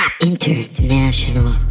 International